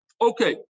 Okay